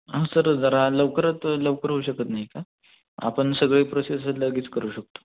हां सर जरा लवकरात लवकर होऊ शकत नाही का आपण सगळे प्रोसेस लगेच करू शकतो